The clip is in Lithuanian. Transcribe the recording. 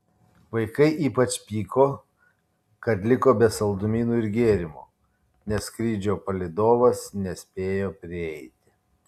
vaikai ypač pyko kad liko be saldumynų ir gėrimų nes skrydžio palydovas nespėjo prieiti